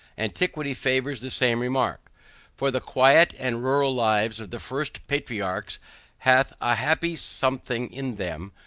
antiquity favors the same remark for the quiet and rural lives of the first patriarchs hath a happy something in them,